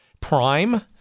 prime